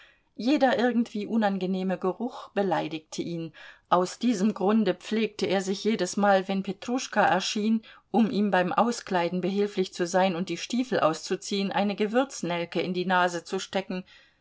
jeder irgendwie unangenehme geruch beleidigte ihn aus diesem grunde pflegte er sich jedesmal wenn petruschka erschien um ihm beim auskleiden behilflich zu sein und die stiefel auszuziehen eine gewürznelke in die nase zu stecken